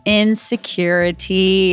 insecurity